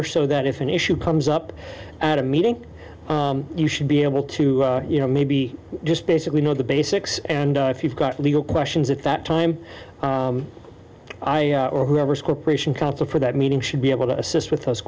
r so that if an issue comes up at a meeting you should be able to you know maybe just basically know the basics and if you've got legal questions at that time i or whoever's corporation counsel for that meeting should be able to assist with those